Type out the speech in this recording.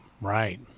Right